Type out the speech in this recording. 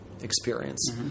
experience